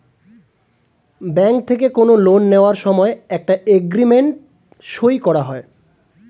bank থেকে কোনো loan নেওয়ার সময় একটা এগ্রিমেন্ট সই করা হয়